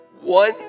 One